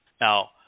Now